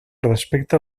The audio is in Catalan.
respecta